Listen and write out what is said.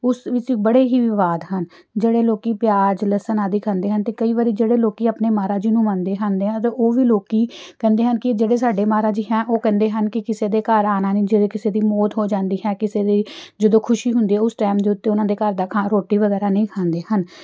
ਉਸ ਵਿੱਚ ਬੜੇ ਹੀ ਵਿਵਾਦ ਹਨ ਜਿਹੜੇ ਲੋਕ ਪਿਆਜ ਲਸਣ ਆਦਿ ਖਾਂਦੇ ਹਨ ਅਤੇ ਕਈ ਵਾਰੀ ਜਿਹੜੇ ਲੋਕ ਆਪਣੇ ਮਹਾਰਾਜ ਜੀ ਨੂੰ ਮੰਨਦੇ ਹਨ ਅਤੇ ਉਹ ਵੀ ਲੋਕ ਕਹਿੰਦੇ ਹਨ ਕਿ ਜਿਹੜੇ ਸਾਡੇ ਮਹਾਰਾਜ ਜੀ ਹੈ ਉਹ ਕਹਿੰਦੇ ਹਨ ਕਿ ਕਿਸੇ ਦੇ ਘਰ ਆਉਣਾ ਨਹੀਂ ਜਦੋਂ ਕਿਸੇ ਦੀ ਮੌਤ ਹੋ ਜਾਂਦੀ ਹੈ ਕਿਸੇ ਦੀ ਜਦੋਂ ਖੁਸ਼ੀ ਹੁੰਦੀ ਉਸ ਟਾਈਮ ਦੇ ਉੱਤੇ ਉਹਨਾਂ ਦੇ ਘਰ ਦਾ ਖਾ ਰੋਟੀ ਵਗੈਰਾ ਨਹੀਂ ਖਾਂਦੇ ਹਨ